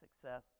success